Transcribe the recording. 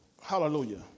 Hallelujah